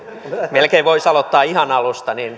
melkein voisi aloittaa ihan alusta niin